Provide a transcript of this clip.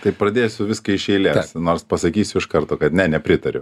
tai pradėsiu viską iš eilės nors pasakysiu iš karto kad ne nepritariu